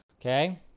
Okay